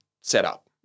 setup